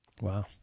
Wow